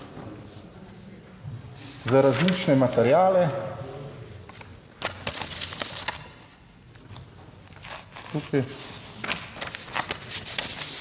za različne materiale